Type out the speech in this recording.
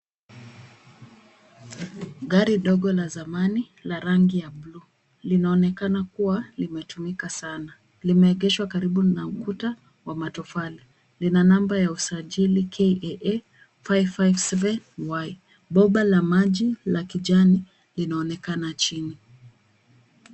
Gari dogo la zamani la rangi ya bluu. Linaonekana kuwa limechomeka sana. Limeegeshwa karibu na ukuta wa matofali. Lina namba ya Usajili KAA557y. Bomba la maji la kijani linaonekana chini.